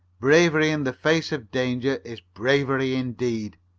bravery in the face of danger is bravery indeed.